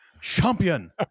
champion